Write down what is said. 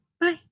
Bye